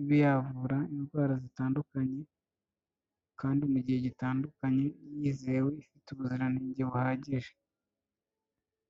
ibe yavura indwara zitandukanye kandi mu gihe gitandukanye yizewe, ifite ubuziranenge buhagije.